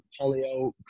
Hollyoaks